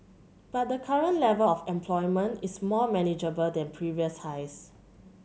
but the current level of employment is more manageable than previous highs